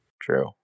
True